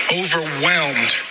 overwhelmed